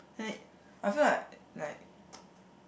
and then I feel like like